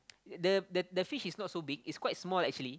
the the the fish is not so big it's quite small actually